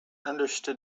understood